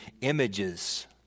images